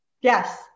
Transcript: Yes